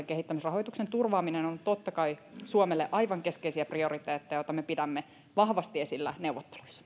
kehittämisrahoituksen turvaaminen on totta kai suomelle aivan keskeisiä prioriteetteja jota me pidämme vahvasti esillä neuvotteluissa